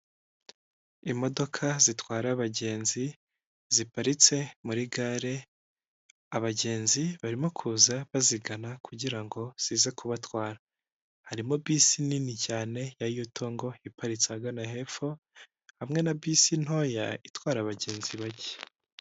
Imodoka zitwara abagenzi ziparitse muri gare, abagenzi barimo kuza bazigana kugira ngo zize kubatwara. Harimo bisi nini cyane ya yutongo iparitse ahagana hepfo, hamwe na bisi ntoya itwara abagenzi bake.